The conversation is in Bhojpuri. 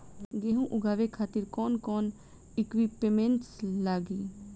गेहूं उगावे खातिर कौन कौन इक्विप्मेंट्स लागी?